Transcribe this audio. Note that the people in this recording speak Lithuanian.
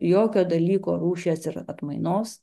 jokio dalyko rūšies ir atmainos